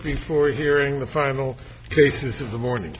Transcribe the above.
before hearing the final cases of the morning